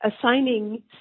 assigning